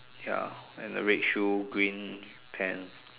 ya and the red shoe green pants